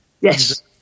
Yes